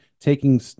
taking